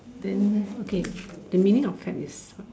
then okay the meaning of fad is